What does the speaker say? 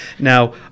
Now